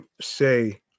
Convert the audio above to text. say